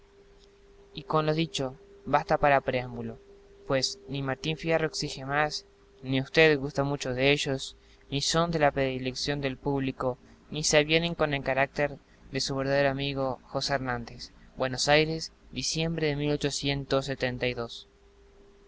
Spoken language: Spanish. y con lo dicho basta para preámbulo pues ni martín fierro exige más ni ud gusta mucho de ellos ni son de la predilección del público ni se avienen con el carácter de su verdadero amigo josé hernández buenos aires diciembre de el gaucho martín